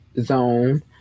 zone